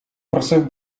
просив